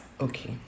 Okay